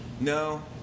No